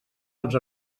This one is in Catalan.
els